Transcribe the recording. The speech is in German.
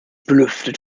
belüftet